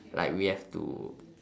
like we have to